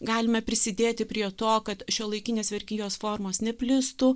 galime prisidėti prie to kad šiuolaikinės vergijos formos neplistų